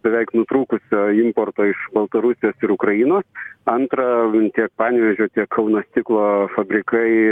beveik nutrūkusio importo iš baltarusijos ir ukrainos antra tiek panevėžio tiek kauno stiklo fabrikai